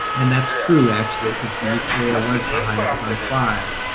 and that's true actually, because the euclea was the highest on five.